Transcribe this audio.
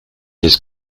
his